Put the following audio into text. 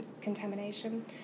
contamination